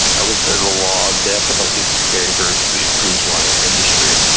i would say the law definitely favours the cruise line industry.